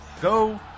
go